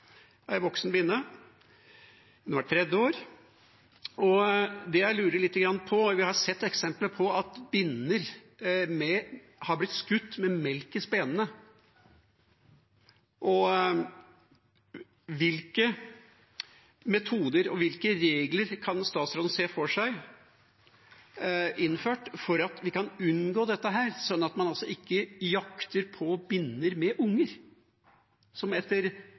har blitt skutt. Hvilke metoder og hvilke regler kan statsråden se for seg innført for at vi kan unngå dette, sånn at man altså ikke jakter på binner med unger, som etter